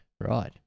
right